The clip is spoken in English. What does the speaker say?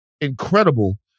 incredible